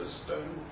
stone